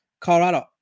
Colorado